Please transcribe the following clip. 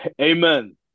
Amen